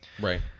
Right